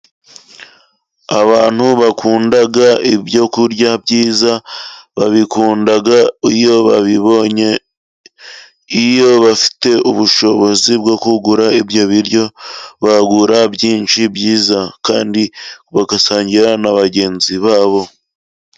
Abantu bakunda ibyo kurya byiza, babikunda iyo babibonye, iyo bafite ubushobozi bwo kugura ibyo biryo, bagura byinshi byiza, kandi basangira na bagenzi babo.